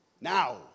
now